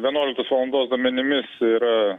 vienuoliktos valandos duomenimis yra